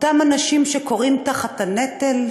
אותם אנשים שכורעים תחת הנטל,